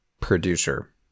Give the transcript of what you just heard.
producer